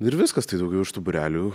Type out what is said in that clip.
ir viskas tai daugiau iš tų būrelių